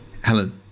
Helen